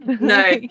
no